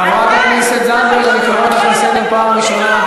חבר הכנסת טיבי, חברת הכנסת תמר זנדברג,